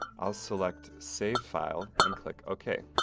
i'll select save file and click okay.